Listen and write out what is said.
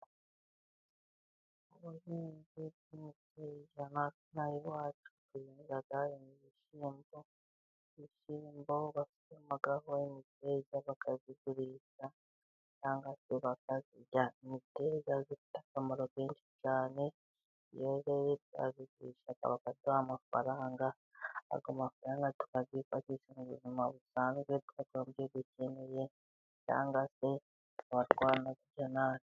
Ibishyimbo byimiteja, natwe inaha iwacu duhinga ibishyimbo, ibishyimbo babisoromaho imiteja bakayigurisha cyangwa se bakayirya, imiteja ifite akamaro kenshi cyane, iyo yeze turayigurisha tukabona amafaranga, ayo mafaranga tukayifashisha mubuzima busanzwe, tukaguramo ibyo dukeneye, cyangwa se tukaba twa nayirya natwe.